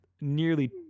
nearly